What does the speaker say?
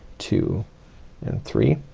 two and three,